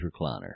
recliner